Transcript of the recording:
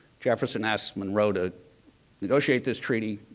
jefferson asked monroe to negotiate this treaty.